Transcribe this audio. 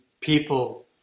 people